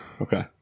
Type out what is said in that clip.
Okay